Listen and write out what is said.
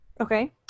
Okay